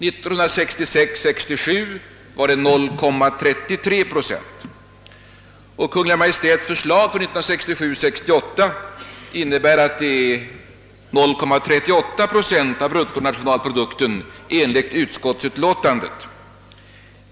1966 68 innebär att biståndet blir 0,38 procent av bruttonationalprodukten, detta enligt utskottsutlåtandet.